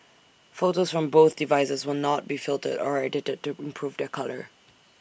photos from both devices will not be filtered or edited to improve their colour